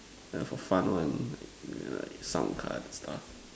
ya for fun one like mm like sound cards and stuff